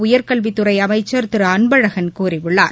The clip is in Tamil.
உயர்கல்வித் துறை அமைச்சர்திரு அன்பழகன் கூறியுள்ளார்